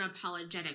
unapologetic